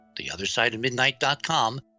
theothersideofmidnight.com